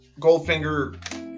Goldfinger